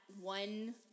one